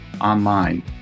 online